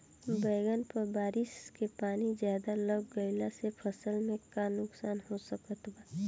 बैंगन पर बारिश के पानी ज्यादा लग गईला से फसल में का नुकसान हो सकत बा?